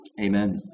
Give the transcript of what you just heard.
Amen